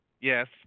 yes